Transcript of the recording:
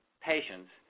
patients